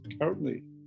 currently